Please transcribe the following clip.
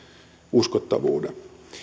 uskottavuuden